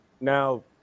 Now